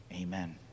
Amen